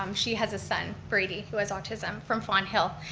um she has a son, brady, who has autism, from fon thill.